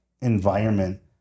environment